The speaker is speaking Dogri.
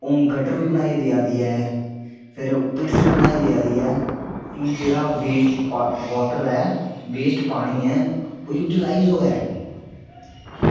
एह् गटर बी बनाई देआ दी ऐ फिर पिट्स बी बनाई देआ दी ऐ कि जेह्ड़ा वेस्ट वॉटर ऐ वेस्ट पानी ऐ यूटीलाईज होऐ